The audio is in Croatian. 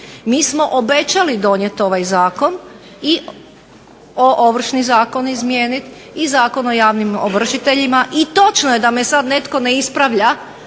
Mi smo obećali donijeti ovaj zakon i Ovršni zakon izmijeniti i Zakon o javnim ovršiteljima. I točno je da me sada netko ne ispravlja